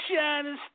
Shining